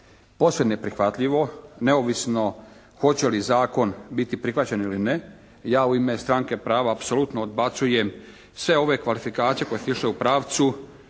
posve neprihvatljivo neovisno hoće li zakon biti prihvaćen ili ne i ja u ime Stranke prava apsolutno odbacujem sve ove kvalifikacije koje su išle u pravcu